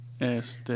Este